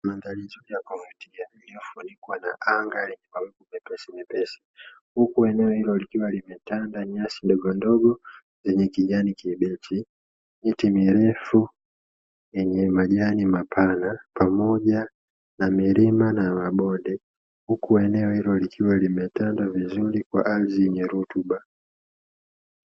Mandhari nzuri ya kuvutia iliyofunikwa na anga lenye mawingu mepesimepesi, huku eneo hilo likiwa limetanda nyasi ndogondogo zenye kijani kibichi, miti mirefu yenye majani mapana pamoja na milima na mabonde, huku eneo hilo likiwa limetanda vizuri kwa ardhi yenye rutuba.